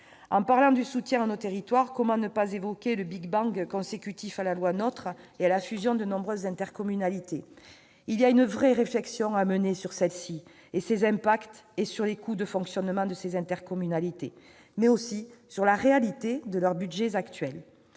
En parlant du soutien à nos territoires, comment ne pas évoquer le big-bang consécutif à la loi NOTRe et à la fusion de nombreuses intercommunalités ? Une vraie réflexion doit être menée sur ses effets. Il faut aussi réfléchir aux coûts de fonctionnement des intercommunalités, mais aussi à la réalité de leurs budgets actuels.